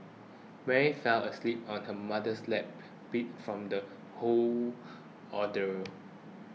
Mary fell asleep on her mother's lap beat from the whole ordeal